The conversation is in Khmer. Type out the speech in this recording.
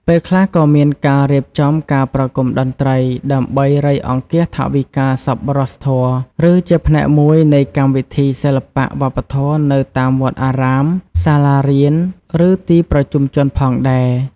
ពេលខ្លះក៏មានការរៀបចំការប្រគំតន្ត្រីដើម្បី រៃអង្គាសថវិកាសប្បុរសធម៌ ឬជាផ្នែកមួយនៃកម្មវិធីសិល្បៈវប្បធម៌នៅតាមវត្តអារាម សាលារៀន ឬទីប្រជុំជនផងដែរ ។